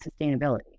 sustainability